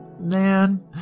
man